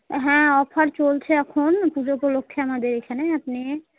হ্যাঁ অফার চলছে এখন পুজো উপলক্ষে আমাদের এখানে আপনি